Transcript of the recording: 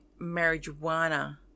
marijuana